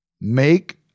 Make